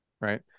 right